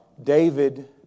David